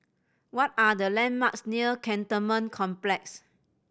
what are the landmarks near Cantonment Complex